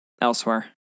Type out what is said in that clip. elsewhere